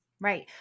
Right